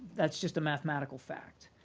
that's just a mathematical fact.